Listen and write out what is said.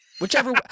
whichever